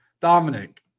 Dominic